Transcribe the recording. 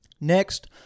Next